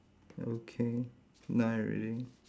okay nine already